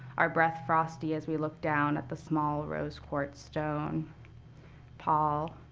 our breath frosty as we looked down at the small rose quartz stone paul,